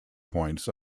points